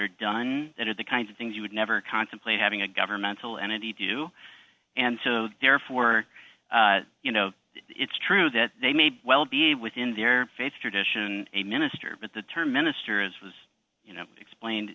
are done at the kinds of things you would never contemplate having a governmental entity do and so therefore you know it's true that they may well be within their faith tradition a minister but the term minister as was explained